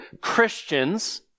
Christians